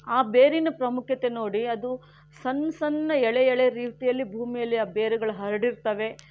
ಆ ಬೇರಿನ ಪ್ರಾಮುಖ್ಯತೆ ನೋಡಿ ಅದು ಸಣ್ಣ ಸಣ್ಣ ಎಳೆ ಎಳೆ ರೀತಿಯಲ್ಲಿ ಭೂಮಿಯಲ್ಲಿ ಆ ಬೇರುಗಳು ಹರಡಿರ್ತವೆ